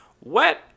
wet